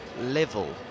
level